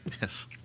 yes